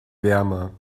wärmer